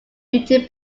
duty